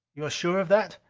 you're sure of that?